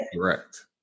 Correct